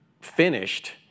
finished